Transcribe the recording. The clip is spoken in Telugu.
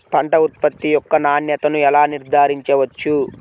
పంట ఉత్పత్తి యొక్క నాణ్యతను ఎలా నిర్ధారించవచ్చు?